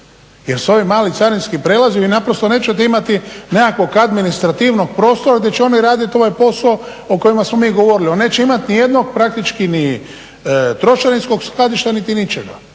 Jer s ovim malim carinskim prijelazima vi naprosto nećete imati nekakvog administrativnog prostora gdje će oni raditi ovaj posao o kojemu smo mi govorili, on neće imati ni jednog praktički, ni trošarinskog skladišta niti ničega.